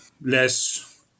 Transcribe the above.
less